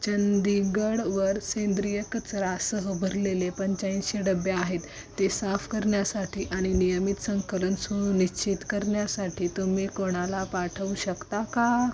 चंदीगडवर सेंद्रिय कचरा सह भरलेले पंचाऐंशी डबे आहेत ते साफ करण्यासाठी आणि नियमित संकलन सुनिश्चित करण्यासाठी तुम्ही कोणाला पाठवू शकता का